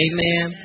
Amen